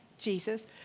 Jesus